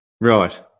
Right